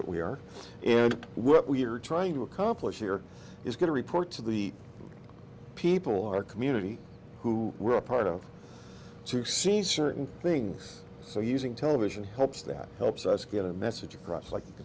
what we are and what we're trying to accomplish here is going to report to the people our community who were a part of to see certain things so using television helps that helps us get our message across like